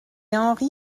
henri